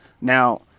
Now